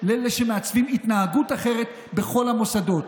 ולאלה שמעצבים התנהגות אחרת בכל המוסדות.